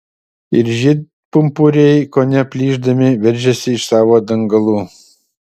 ir žiedpumpuriai kone plyšdami veržėsi iš savo dangalų